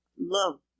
Love